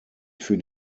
für